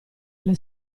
alle